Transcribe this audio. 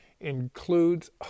includes